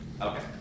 Okay